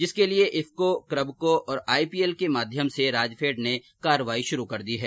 जिसके लिए इफको कुभको और आईपीएल के माध्यम से राजफैड़ ने कार्यवाही शुरू कर दी है